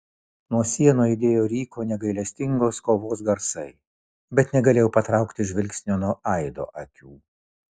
nuo sienų aidėjo ryko negailestingos kovos garsai bet negalėjau patraukti žvilgsnio nuo aido akių